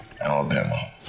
Alabama